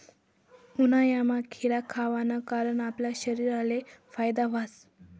उन्हायामा खीरा खावाना कारण आपला शरीरले फायदा व्हस